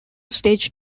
stage